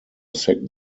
second